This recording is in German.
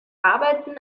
arbeiten